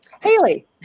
Haley